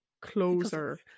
closer